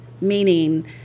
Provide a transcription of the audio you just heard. meaning